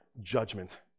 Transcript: judgment